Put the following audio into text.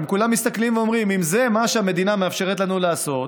הרי כולם מסתכלים ואומרים: אם זה מה שהמדינה מאפשרת לנו לעשות,